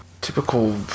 typical